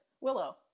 Willow